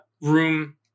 room